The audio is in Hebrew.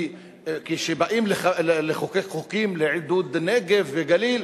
כי כשבאים לחוקק חוקים לעידוד הנגב והגליל,